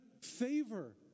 favor